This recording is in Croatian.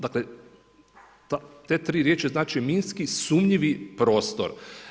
Dakle, te tri riječi znače minski sumnjivi prostor.